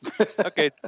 Okay